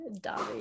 Dobby